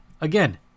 Again